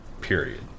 period